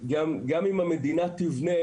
גם אם המדינה תבנה,